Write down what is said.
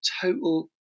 total